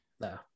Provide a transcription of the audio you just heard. No